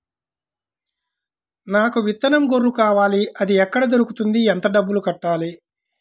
నాకు విత్తనం గొర్రు కావాలి? అది ఎక్కడ దొరుకుతుంది? ఎంత డబ్బులు కట్టాలి?